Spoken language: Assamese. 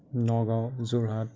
নগাঁও যোৰহাট